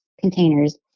containers